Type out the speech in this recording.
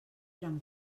eren